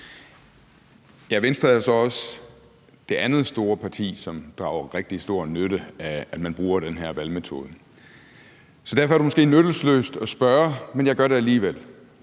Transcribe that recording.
(LA): Venstre er jo så også det andet store parti, som drager rigtig stor nytte af, at man bruger den her valgmetode. Så derfor er det måske nyttesløst at spørge, men jeg gør det alligevel.